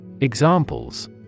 Examples